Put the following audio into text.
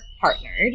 partnered